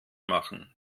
machen